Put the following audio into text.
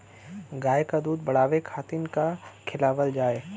गाय क दूध बढ़ावे खातिन का खेलावल जाय?